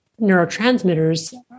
neurotransmitters